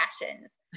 fashions